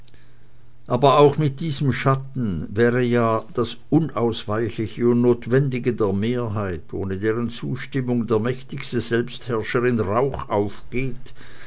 aber auch mit diesen schatten wäre ja das unausweichliche und notwendige der mehrheit ohne deren zustimmung der mächtigste selbstherrscher in rauch aufgeht